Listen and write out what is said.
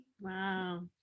wow